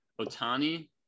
Otani